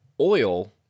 Oil